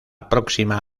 próxima